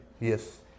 Yes